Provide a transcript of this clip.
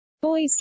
boys